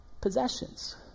possessions